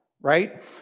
right